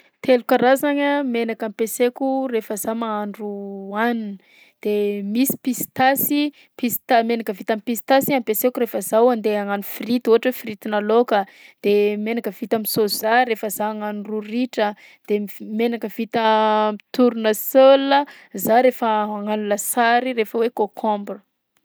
Telo karazagny a menaka ampiasaiko rehefa zaho mahandro hanina: de misy pistasy pista- menaka vita am'pistasy ampiasaiko rehefa zaho andeha agnano frity ohatra hoe fritinà laoka, de menaka vita am'soja rehefa zaho hagnano ro ritra de mif- menaka vita am'tournesol zaho rehefa hagnano lasary rehefa hoe concombre.